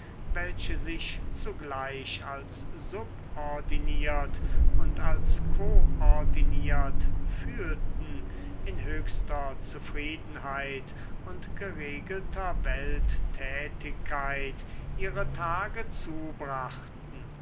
welche sich zugleich als subordiniert und als koordiniert fühlten in höchster zufriedenheit und geregelter welttätigkeit ihre tage zubrachten